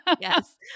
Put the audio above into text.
yes